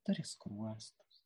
turi skruostus